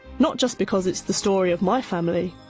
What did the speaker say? not just because it's the story of my family,